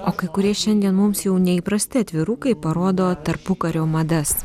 o kai kurie šiandien mums jau neįprasti atvirukai parodo tarpukario madas